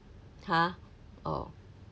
!huh! oh